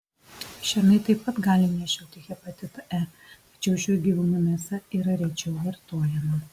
šernai taip pat gali nešioti hepatitą e tačiau šių gyvūnų mėsa yra rečiau vartojama